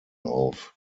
auf